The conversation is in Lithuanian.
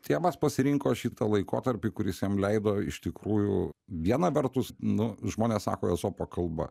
tėvas pasirinko šitą laikotarpį kuris jam leido iš tikrųjų viena vertus nu žmonės sako ezopo kalba